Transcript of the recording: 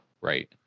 right